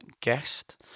guest